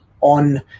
on